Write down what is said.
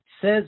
says